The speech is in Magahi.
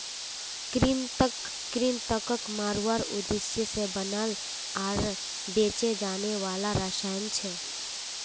कृंतक कृन्तकक मारवार उद्देश्य से बनाल आर बेचे जाने वाला रसायन छे